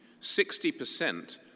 60%